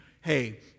Hey